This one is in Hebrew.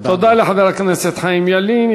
תודה לחבר הכנסת חיים ילין.